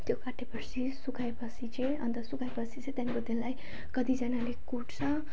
त्यो काटे पछि सुखाए पछि चाहिँ अन्त सुखाए पछि चाहिँ त्यहाँको त्यसलाई कतिजनाले कुट्छ